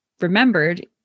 remembered